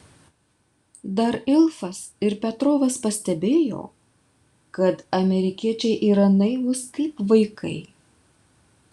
dar ilfas ir petrovas pastebėjo kad amerikiečiai yra naivūs kaip vaikai